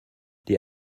die